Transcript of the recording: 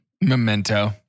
Memento